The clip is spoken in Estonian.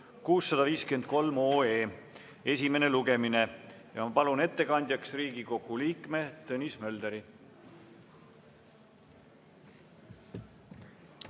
653 esimene lugemine. Ma palun ettekandjaks Riigikogu liikme Tõnis Mölderi.